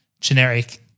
generic